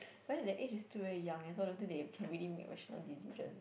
but then that age is still very young eh so don't think they can really make rational decisions